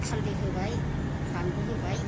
हाल्दै होबाय बानलु होबाय